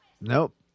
Nope